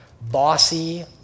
bossy